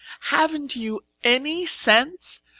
haven't you any sense?